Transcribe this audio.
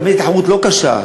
האמת, התחרות לא קשה,